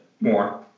More